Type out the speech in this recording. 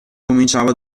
cominciava